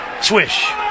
Swish